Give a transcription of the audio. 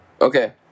Okay